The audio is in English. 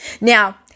Now